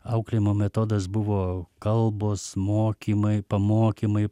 auklėjimo metodas buvo kalbos mokymai pamokymai